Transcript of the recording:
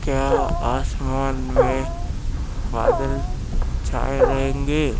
क्या आसमान में बादल छाए रहेंगे